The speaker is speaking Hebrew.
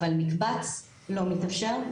אבל מקבץ לא מתאפשר.